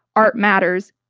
art matters.